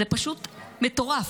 זה פשוט מטורף,